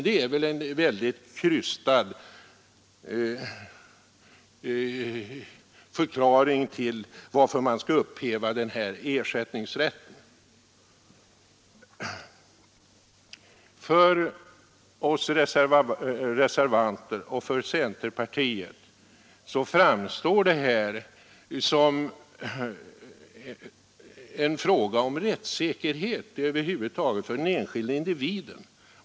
Det är väl en väldigt krystad motivering för att man skall upphäva ersättningsrätten. För oss reservanter och för centerpartiet framstår det här som en fråga om rättssäkerhet för den enskilde individen.